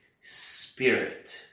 Spirit